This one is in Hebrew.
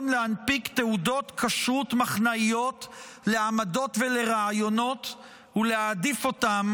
להנפיק תעודות כשרות מחנאיות לעמדות ולרעיונות ולהעדיף אותם